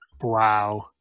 Wow